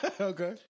Okay